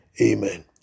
Amen